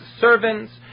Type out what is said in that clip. servants